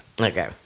Okay